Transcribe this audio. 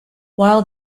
while